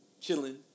chilling